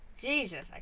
Jesus